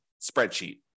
spreadsheet